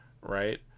right